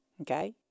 Okay